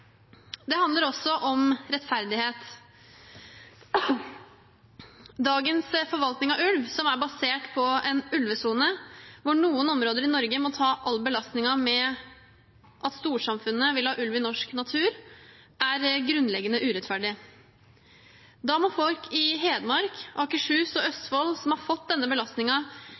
Det handler også om rettferdighet. Dagens forvaltning av ulv, som er basert på en ulvesone hvor noen områder i Norge må ta all belastning med at storsamfunnet vil ha ulv i norsk natur, er grunnleggende urettferdig. Da må folk i Hedmark, Akershus og Østfold, som har fått denne